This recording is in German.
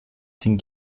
den